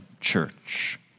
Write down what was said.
church